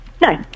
No